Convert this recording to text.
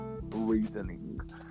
reasoning